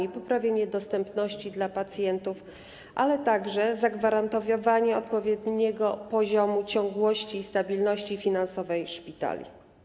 Chodzi o poprawienie dostępności dla pacjentów, ale także o zagwarantowanie odpowiedniego poziomu ciągłości i stabilności finansowej szpitali.